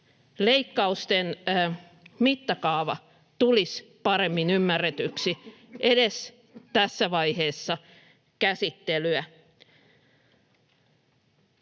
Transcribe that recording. leikkausten mittakaava tulisi paremmin ymmärretyksi edes tässä vaiheessa käsittelyä.